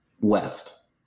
West